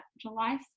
July